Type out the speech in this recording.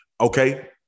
Okay